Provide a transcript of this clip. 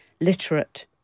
literate